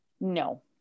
No